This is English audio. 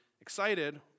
excited